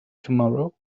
tomorrow